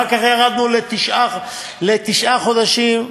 אחר כך ירדנו לתשעה חודשים.